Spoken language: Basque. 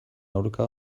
aurka